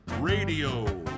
radio